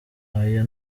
ayo